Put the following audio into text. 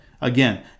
Again